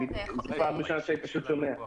זאת פשוט פעם ראשונה שאני שומע את זה.